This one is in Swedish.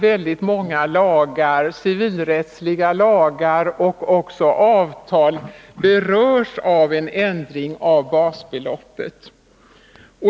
Väldigt många civilrättsliga lagar och avtal berörs ändå av ändringen av basbeloppet.